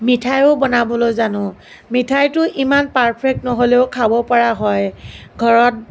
মিঠাইও বনাবলৈ জানোঁ মিঠাইটো ইমান পাৰফেক্ট নহ'লেও খাব পৰা হয় ঘৰত